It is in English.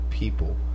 people